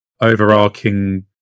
overarching